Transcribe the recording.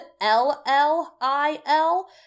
L-L-I-L